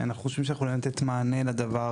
אנחנו חושבים שאנחנו יכולים לתת מענה לדבר,